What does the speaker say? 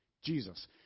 Jesus